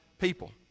people